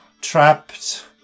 trapped